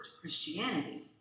Christianity